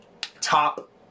top